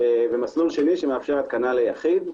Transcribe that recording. ומסלול שני שמאפשר התקנה ליחיד.